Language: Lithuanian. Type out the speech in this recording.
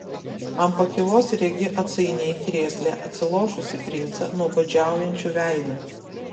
ant pakylos regi atsainiai krėsle atsilošusį princą nuobodžiaujančiu veidu